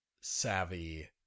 savvy